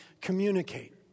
communicate